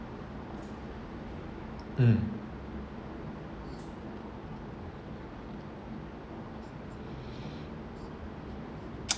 um